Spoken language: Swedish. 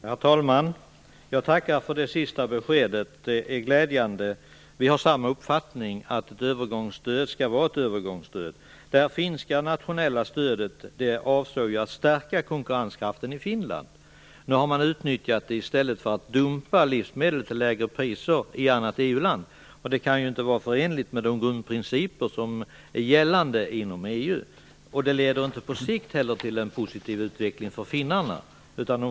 Herr talman! Jag tackar för det avslutande beskedet. Det är glädjande. Vi är av samma uppfattning, att ett övergångsstöd skall vara ett övergångsstöd. Det finska nationella stödet avsåg ju att stärka konkurrenskraften i Finland. Nu har man i stället utnyttjat det för att dumpa livsmedelspriserna i ett annat EU-land. Det kan ju inte vara förenligt med de grundprinciper som är gällande inom EU. Det leder inte heller på sikt till en positiv utveckling för Finland.